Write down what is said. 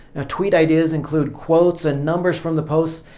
ah tweet ideas include quotes and numbers from the post,